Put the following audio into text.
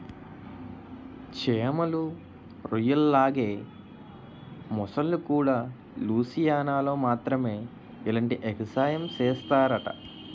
చేమలు, రొయ్యల్లాగే మొసల్లుకూడా లూసియానాలో మాత్రమే ఇలాంటి ఎగసాయం సేస్తరట